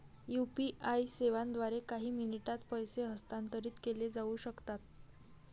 UPI सेवांद्वारे काही मिनिटांत पैसे हस्तांतरित केले जाऊ शकतात